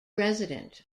resident